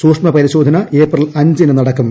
സൂക്ഷ്മ പരിശോധന ഏപ്രിൽ അഞ്ചിനു നടക്കും